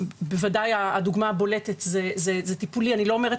בוודאי בדוגמה הבולטת של שימוש טיפולי ואני לא אומרת